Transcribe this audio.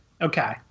Okay